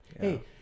Hey